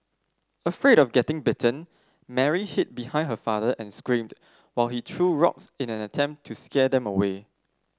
afraid of getting bitten Mary hid behind her father and screamed while he threw rocks in an attempt to scare them away